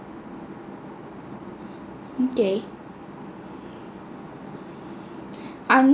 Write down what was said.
okay I'm